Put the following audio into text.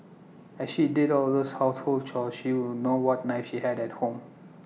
as she did all those household chores she would know what knives she had at home